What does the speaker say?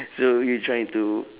so you trying to